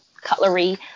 cutlery